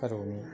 करोमि